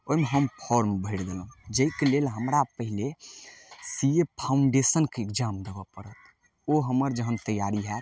ओइमे हम फॉर्म भरि देलहुँ जाहिके लेल हमरा पहिले सी ए फाउन्डेशनके एक्जाम देबऽ पड़त ओ हमर जहन तैयारी हैत